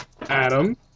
Adam